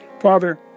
Father